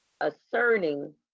asserting